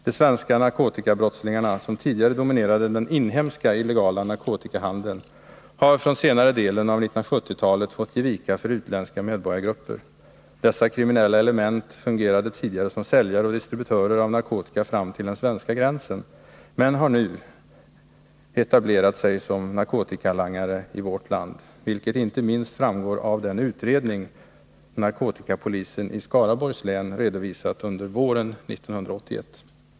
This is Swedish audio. De svenska narkotikabrottslingarna, som tidigare dominerade den inhemska illegala narkotikahandeln, har från senare delen av 1970-talet fått ge vika för utländska medborgargrupper. Dessa kriminella element fungerade tidigare som säljare och distributörer av narkotika fram till den svenska gränsen, men har nu etablerat sig som narkotikalangare i vårt land, vilket inte minst framgår av den utredning narkotikapolisen i Skaraborgs län redovisat under våren 1981.